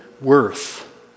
worth